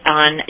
on